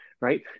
right